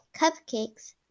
cupcakes